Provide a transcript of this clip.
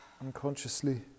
unconsciously